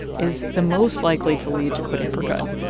is the most likely to lead to quitting for good.